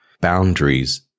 boundaries